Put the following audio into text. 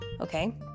okay